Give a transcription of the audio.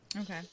Okay